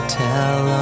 tell